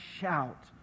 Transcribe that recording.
Shout